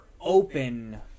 open